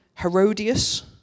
Herodias